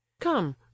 come